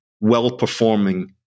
well-performing